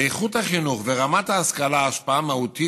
לאיכות החינוך ורמת ההשכלה השפעה מהותית